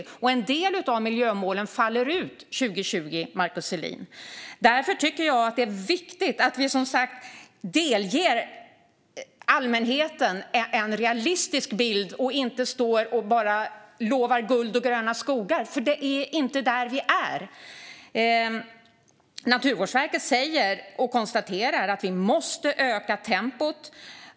En del av miljömålen faller ut 2020, Markus Selin. Jag tycker därför som sagt att det är viktigt att vi delger allmänheten en realistisk bild och inte bara står och lovar guld och gröna skogar, för det är inte där vi är. Naturvårdsverket konstaterar att vi måste öka tempot.